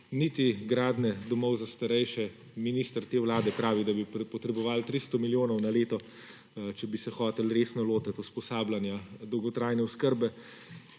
niti gradnje domov za starejše. Minister te vlade pravi, da bi potrebovali 300 milijonov na leto, če bi se hoteli resno lotiti usposabljanja dolgotrajne oskrbe.